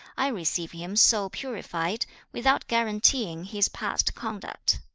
i receive him so purified, without guaranteeing his past conduct